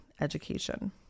education